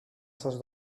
σας